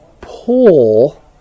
pull